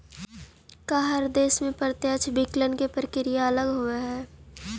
का हर देश में प्रत्यक्ष विकलन के प्रक्रिया अलग होवऽ हइ?